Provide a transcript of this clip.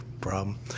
problem